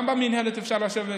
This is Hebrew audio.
גם במינהלת אפשר לשבת,